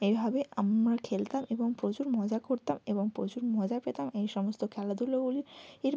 এভাবে আমরা খেলতাম এবং প্রচুর মজা করতাম এবং প্রচুর মজা পেতাম এই সমস্ত খেলাধুলোগুলির